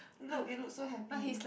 look you look so happy